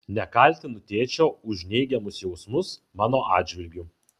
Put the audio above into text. nekaltinu tėčio už neigiamus jausmus mano atžvilgiu